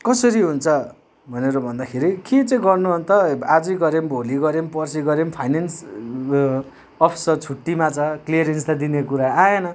कसरी हुन्छ भनेर भन्दाखेरि के चाहिँ गर्नु अन्त आजै गरे पनि भोलि गरे पनि पर्सी गरे पनि फाइनेन्स अफिसर छुट्टीमा छ क्लियरेन्स त दिने कुरा आएन